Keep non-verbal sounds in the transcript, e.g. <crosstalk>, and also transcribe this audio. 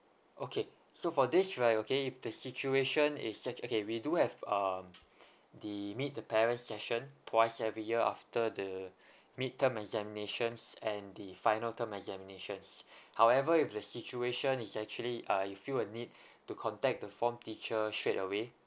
okay so for this right okay if the situation is such okay we do have um <breath> the meet the parents session twice every year after the <breath> mid term examinations and the final term examinations <breath> however if the situation is actually ah you feel a need <breath> to contact the form teacher straight away